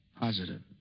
Positive